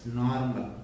normal